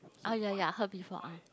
ah ya ya I heard before um